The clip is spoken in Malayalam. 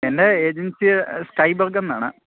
എൻ്റെ ഏജൻസി സ്കൈബർഗെന്നാണ്